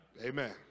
Amen